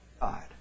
God